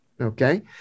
Okay